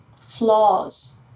flaws